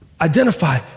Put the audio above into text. identify